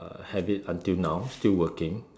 uh have it until now still working